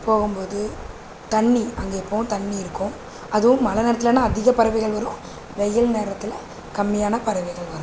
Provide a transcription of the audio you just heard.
போகும்போது தண்ணி அங்கே எப்போவும் தண்ணி இருக்கும் அதுவும் மழை நேரத்திலன்னா அதிக பறவைகள் வரும் வெயில் நேரத்தில் கம்மியான பறவைகள் வரும்